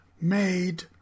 made